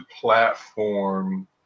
platform